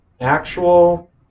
actual